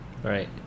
right